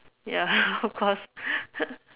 ya of course